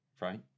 right